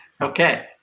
Okay